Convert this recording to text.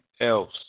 else